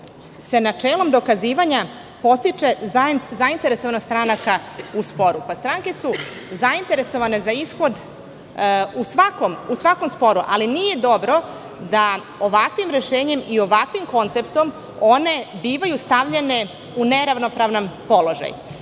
se načelom dokazivanja podstiče zainteresovanost stranaka u sporu. Pa stranke su zainteresovane za ishod u svakom sporu, ali nije dobro da ovakvim rešenjem i ovakvim konceptom one bivaju stavljene u neravnopravan položaj.